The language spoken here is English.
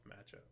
matchup